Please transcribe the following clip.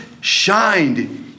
shined